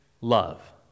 love